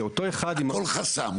הכל חסם.